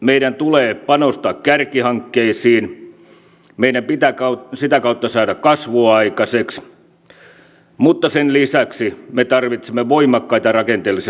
meidän tulee panostaa kärkihankkeisiin meidän pitää sitä kautta saada kasvua aikaiseksi mutta sen lisäksi me tarvitsemme voimakkaita rakenteellisia muutoksia